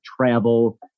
travel